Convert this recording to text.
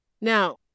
Now